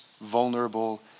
vulnerable